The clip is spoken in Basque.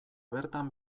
bertan